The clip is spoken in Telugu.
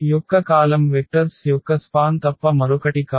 యొక్క కాలమ్ వెక్టర్స్ యొక్క స్పాన్ తప్ప మరొకటి కాదు